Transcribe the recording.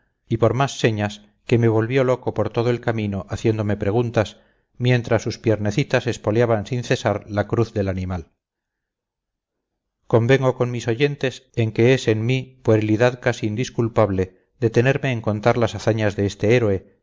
y por más señas que me volvió loco por todo el camino haciéndome preguntas mientras sus piernecitas espoleaban sin cesar la cruz del animal convengo con mis oyentes en que es en mí puerilidad casi indisculpable detenerme en contar las hazañas de este héroe